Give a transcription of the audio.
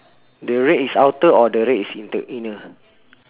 the red is outer or the red is inter inner